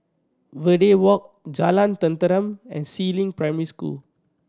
Verde Walk Jalan Tenteram and Si Ling Primary School